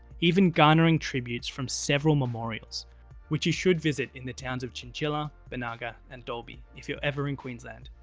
even garnering tributes from several memorials which you should visit in the towns of chinchilla, boonarga, and dalby if you're ever in queensland.